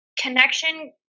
Connection